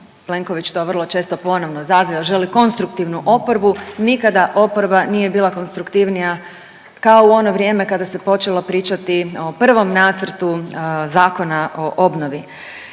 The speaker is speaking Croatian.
Plenković to vrlo često ponovo zaziva, želi konstruktivnu oporbu. Nikada oporba nije bila konstruktivnija kao u ono vrijeme kada se počelo pričati o prvom nacrtu Zakona o obnovi.